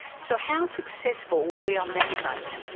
so how successful were we on that front?